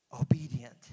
obedient